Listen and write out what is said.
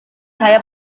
saya